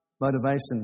motivation